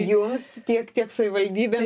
jums tiek tiek savivaldybė